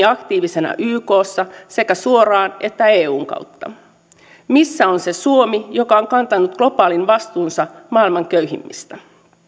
aktiivisena ykssa sekä suoraan että eun kautta missä on se suomi joka on kantanut globaalin vastuunsa maailman köyhimmistä